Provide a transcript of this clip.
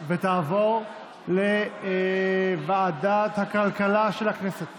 ותעבור לוועדת הכלכלה של הכנסת